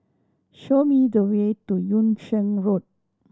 show me the way to Yung Sheng Road